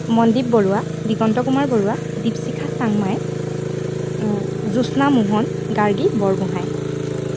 Mandeep Baruah Diganta Kumar Baruah Dipshikha Changmai Jyotsna Mohan Gargi Borgohain